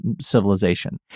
civilization